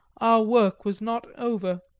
our work was not over,